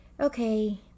Okay